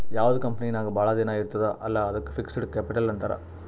ಯಾವ್ದು ಕಂಪನಿ ನಾಗ್ ಭಾಳ ದಿನ ಇರ್ತುದ್ ಅಲ್ಲಾ ಅದ್ದುಕ್ ಫಿಕ್ಸಡ್ ಕ್ಯಾಪಿಟಲ್ ಅಂತಾರ್